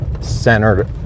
centered